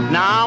Now